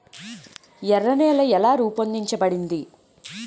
ఎర్ర నేల ఎలా రూపొందించబడింది?